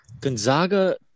Gonzaga